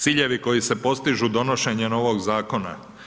Ciljevi koji se postižu donošenjem ovog zakona.